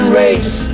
race